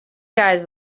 guys